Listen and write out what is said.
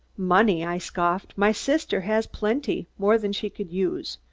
money? i scoffed. my sister had plenty more than she could use.